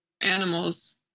animals